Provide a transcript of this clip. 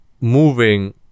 moving